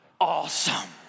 awesome